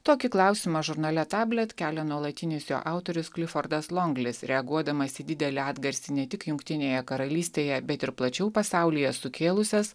tokį klausimą žurnale tablet kelia nuolatinis jo autorius klifordas longlis reaguodamas į didelį atgarsį ne tik jungtinėje karalystėje bet ir plačiau pasaulyje sukėlusias